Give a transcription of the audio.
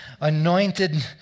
Anointed